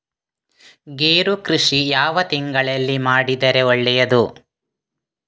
ಗೇರು ಕೃಷಿ ಯಾವ ತಿಂಗಳಲ್ಲಿ ಮಾಡಿದರೆ ಒಳ್ಳೆಯದು?